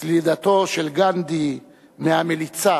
סלידתו של גנדי מהמליצה